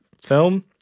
film